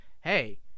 hey